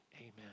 amen